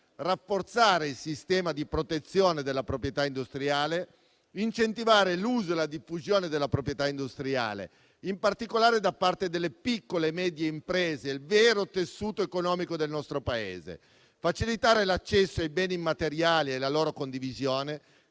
rafforzare il sistema di protezione della proprietà industriale, incentivare l'uso e la diffusione della proprietà industriale, in particolare, da parte delle piccole e medie imprese, il vero tessuto economico del nostro Paese; facilitare l'accesso ai beni immateriali e la loro condivisione;